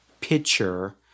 picture